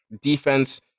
defense